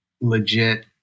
legit